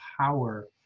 power